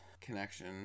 connection